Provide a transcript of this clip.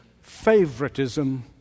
favoritism